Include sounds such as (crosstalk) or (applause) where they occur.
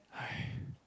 (noise)